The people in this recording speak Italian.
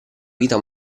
vita